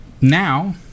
now